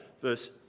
verse